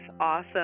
awesome